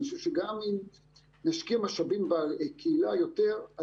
אני חושב שגם אם ישקיעו משאבים בקהילה יותר,